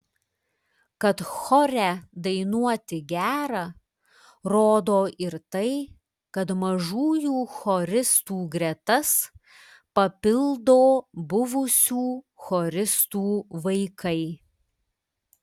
kad chore dainuoti gera rodo ir tai kad mažųjų choristų gretas papildo buvusių choristų vaikai